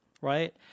right